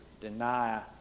deny